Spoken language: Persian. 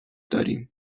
داریم